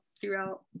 throughout